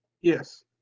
Yes